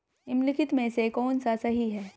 निम्नलिखित में से कौन सा सही है?